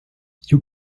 you